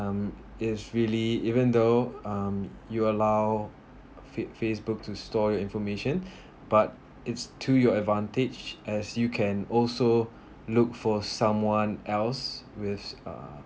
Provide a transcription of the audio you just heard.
um is really even though um you allow fa~ facebook to store your information but it's to your advantage as you can also look for someone else with uh